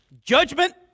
judgment